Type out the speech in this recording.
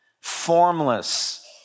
Formless